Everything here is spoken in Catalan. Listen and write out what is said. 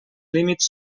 límits